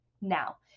now